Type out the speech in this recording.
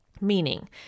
Meaning